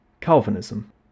Calvinism